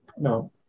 No